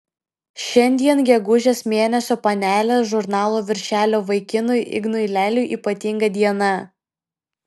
šiandien gegužės mėnesio panelės žurnalo viršelio vaikinui ignui leliui ypatinga diena